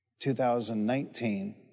2019